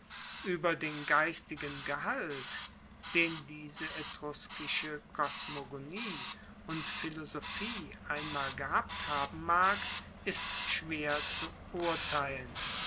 ueber den geistigen gehalt den diese etruskische kosmogonie und philosophie einmal gehabt haben mag ist schwer zu urteilen